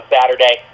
Saturday